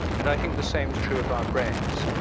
and i think the same is true of our brains.